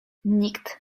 nikt